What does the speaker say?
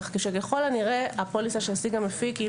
כך שככל הנראה הפוליסה שהשיג המפיק היא